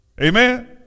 Amen